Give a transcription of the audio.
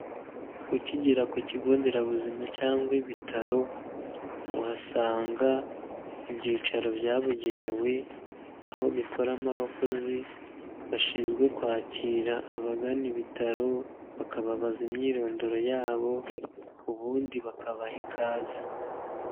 Ukigera ku kigo nderabuzima cyangwa ibitaro, uhasanga ibyicaro byabugenewe, aho bikoramo abakozi bashinzwe kwakira abagana ibitaro bakababaza imyirondoro yabo ubundi bakabaha ikaze.